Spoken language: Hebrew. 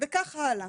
וכך הלאה